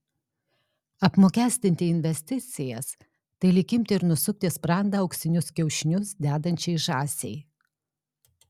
apmokestinti investicijas tai lyg imti ir nusukti sprandą auksinius kiaušinius dedančiai žąsiai